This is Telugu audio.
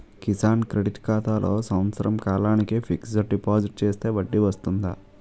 కిసాన్ క్రెడిట్ ఖాతాలో సంవత్సర కాలానికి ఫిక్స్ డిపాజిట్ చేస్తే వడ్డీ వస్తుంది